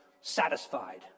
satisfied